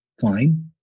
fine